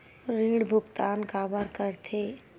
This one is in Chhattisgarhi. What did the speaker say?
ऋण भुक्तान काबर कर थे?